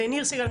אז ניר סגל,